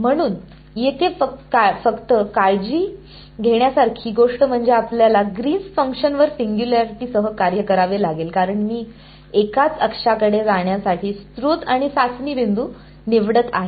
म्हणून येथे फक्त काळजी घेण्यासारखी गोष्ट म्हणजे आपल्याला ग्रीन्स फंक्शनGreen's function वर सिंग्युलॅरिटीसह कार्य करावे लागेल कारण मी एकाच अक्षांकडे जाण्यासाठी स्रोत आणि चाचणी बिंदू निवडत आहे